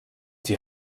die